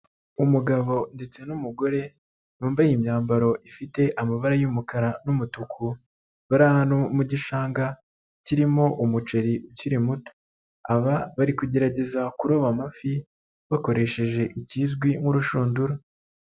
Umugabo ndetse n'umugore wambaye imyambaro ifite amabara y'umukara n'umutuku, bari ahantu mu gishanga kirimo umuceri ukiri muto, aba bari kugerageza kuroba amafi bakoresheje ikizwi nk'urushundura.